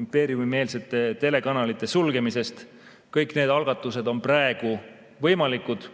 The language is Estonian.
impeeriumimeelsete telekanalite sulgemisest. Kõik need algatused on praegu võimalikud.